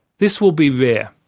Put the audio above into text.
this will be rare.